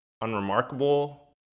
unremarkable